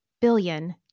billion